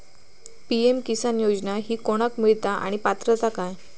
PM Kisan योजना ही कोणाक मिळता आणि पात्रता काय?